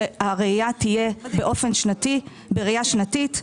שהראייה תהיה באופן שנתי, בראייה שנתית.